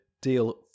deal